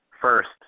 first